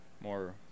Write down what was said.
more